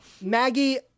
maggie